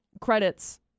credits